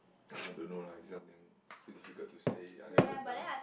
!aiya! don't know lah this kind of thing is too difficult to say unless you have done